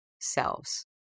selves